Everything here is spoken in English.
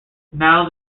nouns